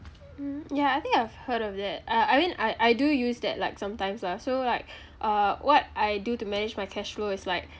mm ya I think I've heard of that uh I mean I I do use that like sometimes lah so like uh what I do to manage my cash flow is like